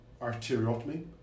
arteriotomy